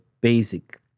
basic